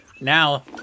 Now